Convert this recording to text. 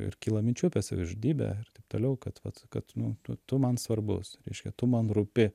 ir kyla minčių apie savižudybę ir taip toliau kad vat kad nu tu tu man svarbus reiškia tu man rūpi